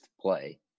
play